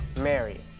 Mary